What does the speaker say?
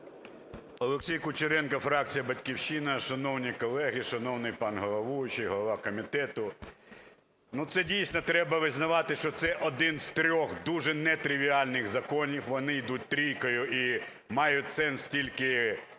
Олексій Кучеренко, фракція "Батьківщина". Шановні колеги, шановний пане головуючий, голова комітету, ну, це дійсно треба визнавати, що це один з трьох дуже нетривіальних законів. Вони ідуть трійкою і мають сенс тільки